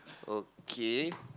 okay